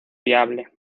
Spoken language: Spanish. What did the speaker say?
viable